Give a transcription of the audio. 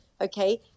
Okay